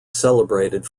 celebrated